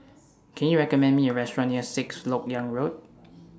Can YOU recommend Me A Restaurant near Sixth Lok Yang Road